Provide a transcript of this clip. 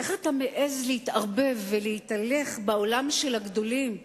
איך אתה מעז להתערבב ולהתהלך בעולם של הגדולים,